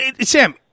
Sam